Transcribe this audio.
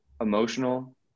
emotional